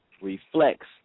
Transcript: reflects